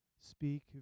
speak